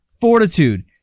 fortitude